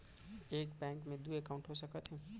एक बैंक में दू एकाउंट हो सकत हे?